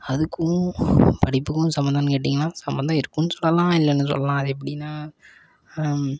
அதுக்கும் படிப்புக்கும் சம்மந்தோன்னு கேட்டிங்கன்னா சம்மந்தம் இருக்குன்னும் சொல்லலாம் இல்லைனும் சொல்லலாம் அது எப்படின்னா